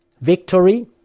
victory